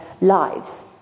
lives